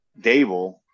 Dable